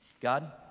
God